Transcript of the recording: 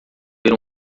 ver